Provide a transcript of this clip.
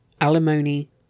alimony